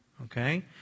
Okay